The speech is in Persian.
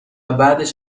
بعدش